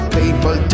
people